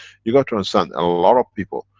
you got to understand a lot of people.